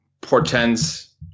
portends